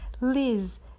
Liz